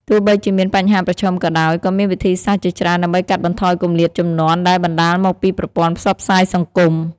ទោះបីជាមានបញ្ហាប្រឈមក៏ដោយ ក៏មានវិធីសាស្រ្តជាច្រើនដើម្បីកាត់បន្ថយគម្លាតជំនាន់ដែលបណ្តាលមកពីប្រព័ន្ធផ្សព្វផ្សាយសង្គម។